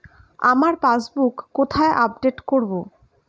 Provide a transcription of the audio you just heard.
আমার পাসবুক কোথায় আপডেট করব?